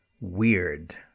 Weird